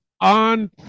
on